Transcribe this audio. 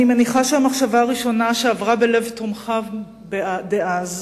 אני מניחה שהמחשבה הראשונה שעברה בלב תומכיו דאז,